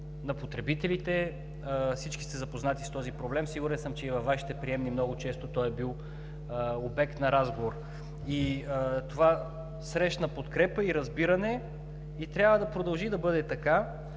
на потребителите. Всички сте запознати с този проблем. Сигурен съм, и във Вашите приемни много често той е бил обект на разговор. Това срещна подкрепа, разбиране и трябва да продължи да бъде така.